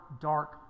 dark